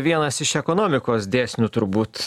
vienas iš ekonomikos dėsnių turbūt